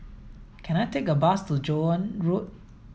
can I take a bus to Joan Road